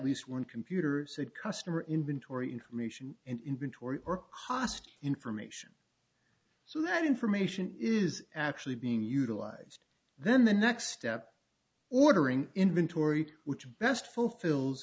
least one computer said customer inventory information inventory or cost information so that information is actually being utilized then the next step ordering inventory which best fulfill